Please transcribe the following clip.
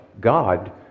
God